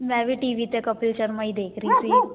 ਮੈਂ ਵੀ T V 'ਤੇ ਕਪਿਲ ਸ਼ਰਮਾ ਹੀ ਦੇਖ ਰਹੀ ਸੀ